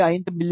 5 மி